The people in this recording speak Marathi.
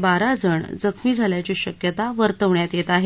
बारा जण जखमी झाल्याची शक्यता वर्तवण्यात येत आहे